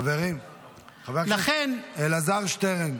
חבר הכנסת אלעזר שטרן,